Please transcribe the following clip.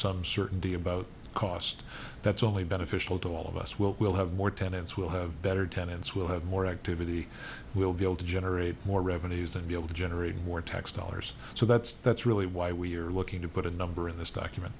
some certainty about cost that's only beneficial to all of us well we'll have more tenants we'll have better tenants we'll have more activity we'll be able to generate more revenues and be able to generate more tax dollars so that's that's really why we're looking to put a number in this document